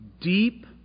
deep